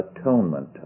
atonement